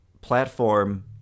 platform